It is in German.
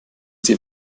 sie